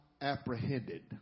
apprehended